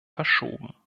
verschoben